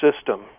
system